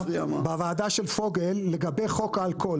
בוועדה של פוגל לגבי חוק האלכוהול.